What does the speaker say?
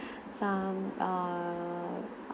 some err